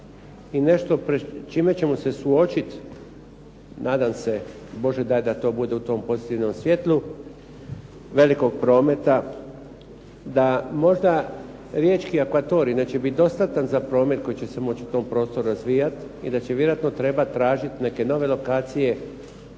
i nešto s čime ćemo se suočit nadam se, bože daj da to bude u tom …/Govornik se ne razumije./… svjetlu velikog prometa, da možda riječki akvatorij neće bit dostatan za promet koji će se moći u tom prostoru razvijat i da će vjerojatno trebat tražit neke nove lokacije